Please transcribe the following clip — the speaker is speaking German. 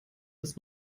das